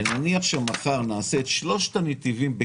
ונניח שמחר נעשה את שלושת הנתיבים,